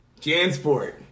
Jansport